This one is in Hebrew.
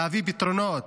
להביא פתרונות,